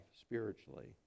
spiritually